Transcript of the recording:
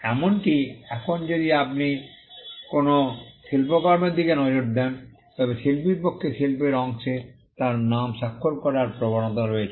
এমনকি এখন যদি আপনি কোনও শিল্পকর্মের দিকে নজর দেন তবে শিল্পীর পক্ষে শিল্পের অংশে তার নাম স্বাক্ষর করার প্রবণতা রয়েছে